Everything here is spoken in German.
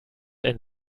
ein